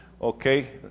Okay